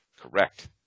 Correct